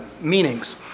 meanings